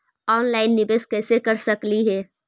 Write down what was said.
Online निबेस कैसे कर सकली हे?